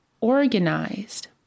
organized